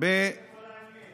עם מי זה "איתנו"?